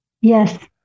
Yes